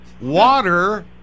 water